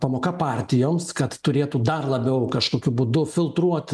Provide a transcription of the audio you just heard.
pamoka partijoms kad turėtų dar labiau kažkokiu būdu filtruot